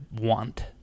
want